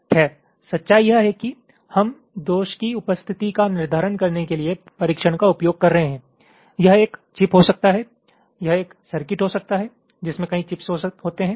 खैर सच्चाई यह है कि हम दोष की उपस्थिति का निर्धारण करने के लिए परीक्षण का उपयोग कर रहे हैं यह एक चिप हो सकता है यह एक सर्किट हो सकता है जिसमें कई चिप्स होते हैं